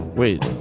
Wait